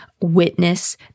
witness